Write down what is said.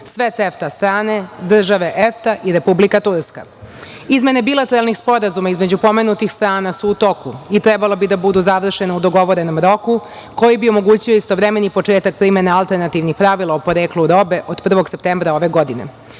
sve CEFTA strane, države EFTA i Republika Turska. Izmene bilateralnih sporazuma između pomenutih strana su u toku i trebalo bi da budu završene u dogovorenom roku, koji bi omogućio istovremeni početak primene alternativnih pravila o poreklu robe od 1. septembra ove